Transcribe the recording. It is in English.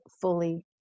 fully